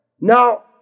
Now